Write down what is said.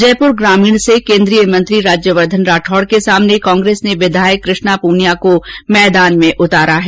जयपूर ग्रामीण से केन्द्रीय मंत्री राज्यवर्द्वन राठौड के सामने कांग्रेस ने विधायक कृष्णा प्रनिया को मैदान में उतारा है